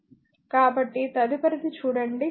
కాబట్టి తదుపరిది చూడండి